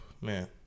Man